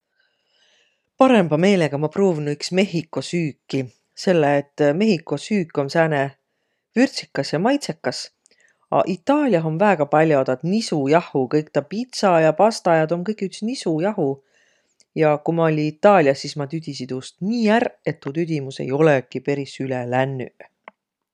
Parõmba meelega ma pruuvnuq iks mehhiko süüki, selle et mehhiko süük om sääne vürdsikas ja maitsõkas, a Itaaliah om väega pall'o taad nisujahhu, kõik taa pitsa ja pasta ja tuu om kõik üts nisujahu. Ja ku ma olli Itaaliah, sis ma tüdisi tuust nii ärq, et tuu tüdimüs ei olõki peris üle lännüq.